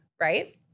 right